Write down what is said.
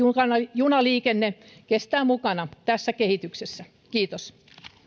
junaliikenne kestää mukana tässä kehityksessä kiitos